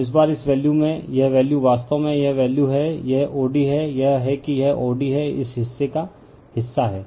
तो इस बार इस वैल्यू में यह वैल्यू वास्तव में यह वैल्यू है यह o d है यह है कि यह o d है इस हिस्से का हिस्सा है